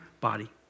body